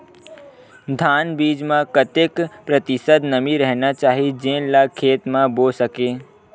धान बीज म कतेक प्रतिशत नमी रहना चाही जेन ला खेत म बो सके?